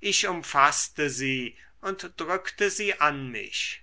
ich umfaßte sie und drückte sie an mich